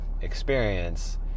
experience